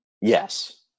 Yes